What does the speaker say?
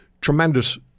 tremendous